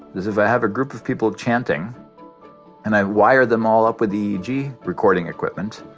because if i have a group of people chanting and i wire them all up with eeg, recording equipment,